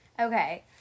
Okay